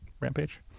rampage